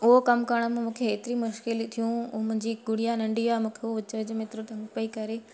उहो कमु करण में मूंखे एतिरी मुश्किलियूं थियूं ऐं मुंहिंजी गुड़िया नंढी आहे मूंखे उहो में एतिरो तंग पई करे